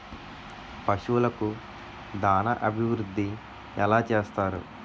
పశువులకు దాన అభివృద్ధి ఎలా చేస్తారు?